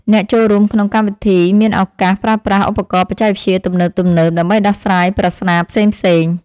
អ្នកចូលរួមក្នុងកម្មវិធីមានឱកាសប្រើប្រាស់ឧបករណ៍បច្ចេកវិទ្យាទំនើបៗដើម្បីដោះស្រាយប្រស្នាផ្សេងៗ។